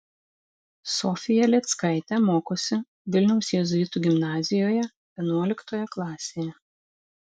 sofija lėckaitė mokosi vilniaus jėzuitų gimnazijoje vienuoliktoje klasėje